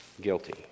Guilty